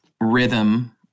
rhythm